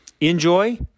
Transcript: enjoy